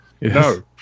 No